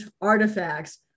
artifacts